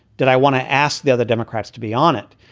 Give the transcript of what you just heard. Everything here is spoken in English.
did i want to ask the other democrats to be on it?